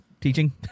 teaching